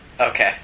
Okay